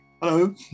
Hello